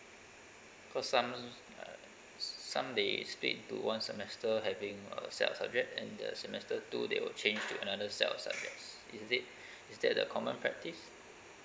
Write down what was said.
cause some uh some they split into one semester having a set of subject then the semester two they will change to another set of subjects is it is that the common practice